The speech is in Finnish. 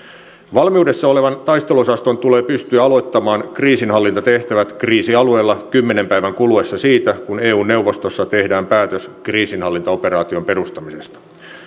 valmiudessa olevan taisteluosaston tulee pystyä aloittamaan kriisinhallintatehtävät kriisialueella kymmenen päivän kuluessa siitä kun eu neuvostossa tehdään päätös kriisinhallintaoperaation perustamisesta